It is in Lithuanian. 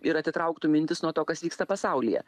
ir atitrauktų mintis nuo to kas vyksta pasaulyje